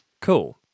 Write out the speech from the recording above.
Cool